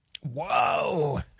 Whoa